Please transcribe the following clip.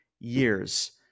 years